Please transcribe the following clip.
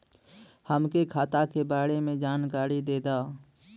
हमके खाता के बारे में जानकारी देदा?